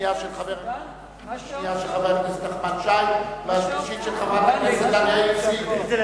השנייה של חבר הכנסת נחמן שי והשלישית של חברת הכנסת דליה איציק.